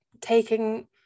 taking